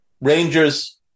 Rangers